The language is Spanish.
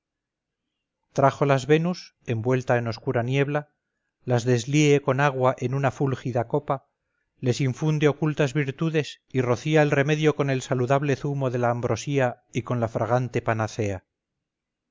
saeta trájolas venus envuelta en oscura niebla las deslíe con agua en una fúlgida copa les infunde ocultas virtudes y rocía el remedio con el saludable zumo de la ambrosía y con la fragante panacea